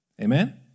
Amen